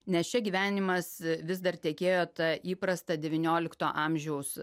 nes čia gyvenimas vis dar tekėjo ta įprasta devyniolikto amžiaus